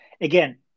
Again